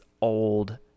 old